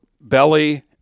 Belly